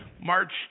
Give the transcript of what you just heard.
March